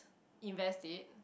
invest it